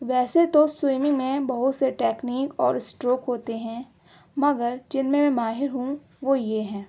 ویسے تو سوئیمنگ میں بہت سے ٹیکنیک اور اسٹروک ہوتے ہیں مگر جن میں میں ماہر ہوں وہ یہ ہیں